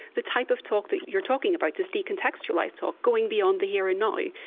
the type of talk that you're talking about, this decontextualised talk, going beyond the here and now,